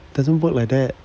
doesn't work like that